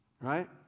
right